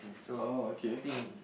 oh okay